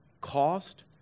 cost